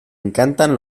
encantan